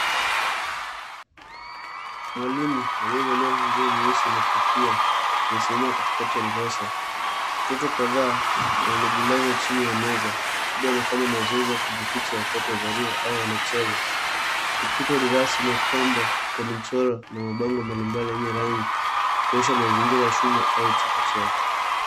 Mwalimu aliyevalia nguo nyeusi na kofia amesiama katikati ya darasa, watoto kadhaa wamejilaza chini ya meza labda wanafanya mazoezi ya kujificha wakati wa dharura au wanacheza. Ukuta wadarasa umepambwa kwa michoro na mabango mbalimbali yenye rangi kuonyesha mazingira ya shule au chekechea.